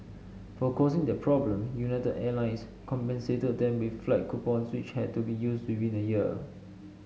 for causing that problem United Airlines compensated them with flight coupon which had to be used within a year